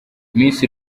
miss